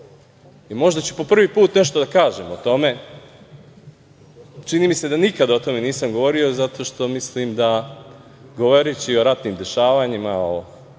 i možda ću po prvi put nešto da kažem o tome, čini mi se da nikada o tome nisam govorio, zato što mislim da govoreći o ratnim dešavanjima koje